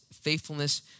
faithfulness